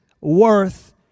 worth